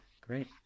Great